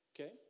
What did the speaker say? Okay